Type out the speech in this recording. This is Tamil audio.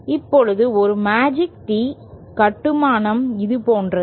இப்போது ஒரு மேஜிக் Tee கட்டுமானம் இது போன்றது